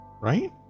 right